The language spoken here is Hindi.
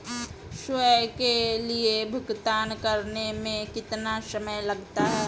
स्वयं के लिए भुगतान करने में कितना समय लगता है?